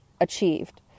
achieved